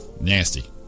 Nasty